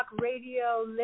Radio